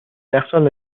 یخچال